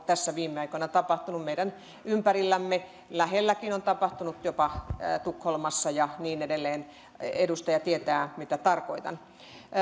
tässä viime aikoina tapahtuneet meidän ympärillämme lähelläkin on tapahtunut jopa tukholmassa ja niin edelleen edustaja tietää mitä tarkoitan